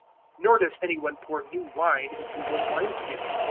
nor does any one pour new wine into old wine-skins.